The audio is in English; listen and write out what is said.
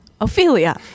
Ophelia